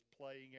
playing